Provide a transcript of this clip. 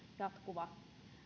jatkuva